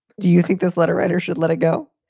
do you think this letter writers should let it go?